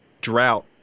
drought